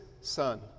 son